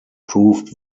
proved